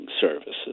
Services